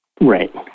Right